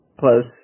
plus